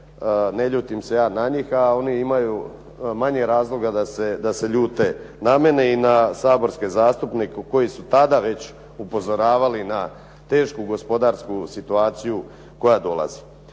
ne ljutim se ja na njih a oni imaju manje razloga da se ljute na mene i na saborske zastupnike koji su tada već upozoravali na tešku gospodarsku situaciju koja dolazi.